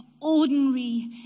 ordinary